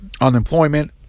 unemployment